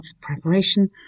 preparation